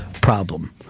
problem